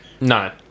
No